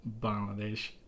Bangladesh